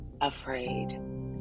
afraid